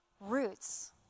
roots